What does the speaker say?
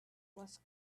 was